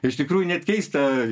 iš tikrųjų net keista